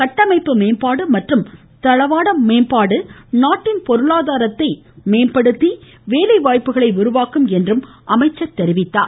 கட்டமைப்பு மேம்பாடு மற்றும் தளவாட வளர்ச்சி நாட்டின் பொருளாதாரத்தை மேம்படுத்தி வேலைவாய்ப்புகளை உருவாக்கும் என்றும் அவர் குறிப்பிட்டார்